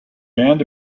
band